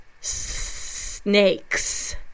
snakes